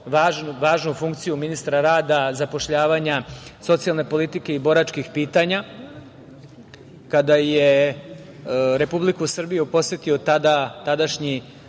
važnu funkciju ministra rada, zapošljavanja, socijalne politike i boračkih pitanja kada je Republiku Srbiju posetio tadašnji